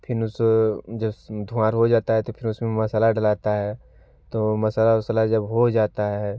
फिर उसे जिस धुँआर हो जाता है तो फिर उसमें मसाला डलाता है तो मसाला वसाला जब हो जाता है